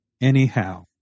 Anyhow